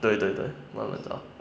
对对对慢慢找